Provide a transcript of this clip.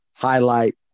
highlight